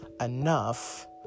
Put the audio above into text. enough